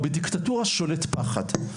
בדיקטטורה שולט פחד.